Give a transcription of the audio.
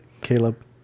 Caleb